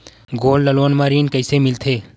Gold loan म ऋण कइसे मिलथे?